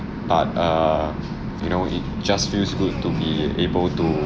but err you know it just feels good to be able to